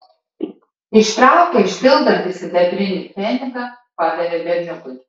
ištraukęs žvilgantį sidabrinį pfenigą padavė berniukui